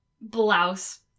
blouse